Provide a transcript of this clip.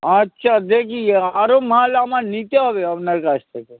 আচ্ছা দেখি আরও মাল আমার নিতে হবে আপনার কাছ থেকে